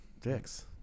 dicks